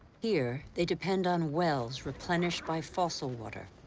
here, they depend on wells replenished by fossil water,